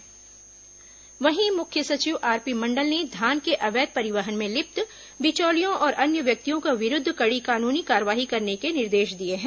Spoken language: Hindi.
मुख्य सचिव धान खरीदी वहीं मुख्य सचिव आरपी मंडल ने धान के अवैध परिवहन में लिप्त बिचौलियों और अन्य व्यक्तियों के विरूद्ध कड़ी कानूनी कार्रवाई करने के निर्देश दिए हैं